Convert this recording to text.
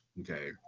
okay